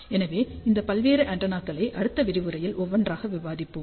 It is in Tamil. எனவே இந்த பல்வேறு ஆண்டெனாக்களை அடுத்த விரிவுரையிலிருந்து ஒவ்வொன்றாக விவாதிக்கத் தொடங்குவோம்